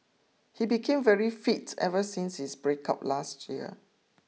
he became very fit ever since his breakup last year